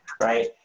right